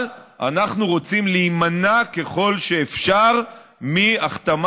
אבל אנחנו רוצים להימנע ככל שאפשר מהכתמה